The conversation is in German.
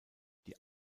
die